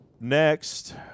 next